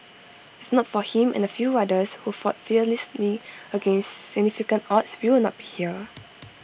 if not for him and A few others who fought fearlessly against significant odds we will not be here